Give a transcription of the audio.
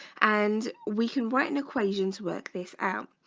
and we can write an equation to work this out.